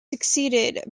succeeded